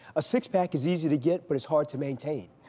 a six-pack is easy to get but it's hard to maintain.